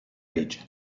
age